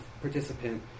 participant